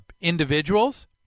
individuals